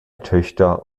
töchter